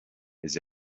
his